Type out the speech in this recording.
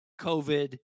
COVID